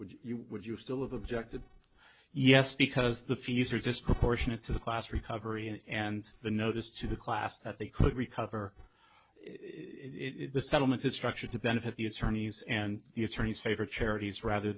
would you would you still have objected yes because the fees are just proportionate to the class recovery and the notice to the class that they could recover it the settlement is structured to benefit the attorneys and the attorneys favorite charities rather